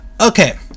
Okay